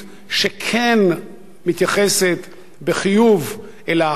שכן מתייחסת בחיוב אל האחר,